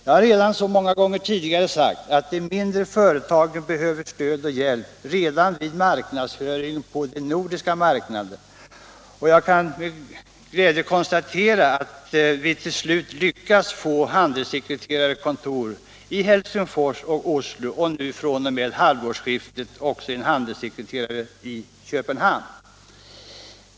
Jag har många gånger tidigare sagt att de mindre företagen behöver stöd och hjälp redan vid marknadsföringen på de nordiska marknaderna, och jag kan nu med glädje notera att vi till slut lyckats få handelssekreterarkontor i Helsingfors och Oslo samt att vi fr.o.m. halvårsskiftet också får ett han delssekreterarkontor i Köpenhamn.